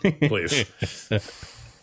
please